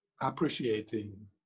appreciating